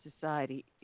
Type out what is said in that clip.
society